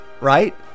Right